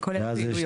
וכולל הפעילויות.